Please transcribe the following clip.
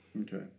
Okay